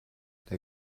der